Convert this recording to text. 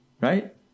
Right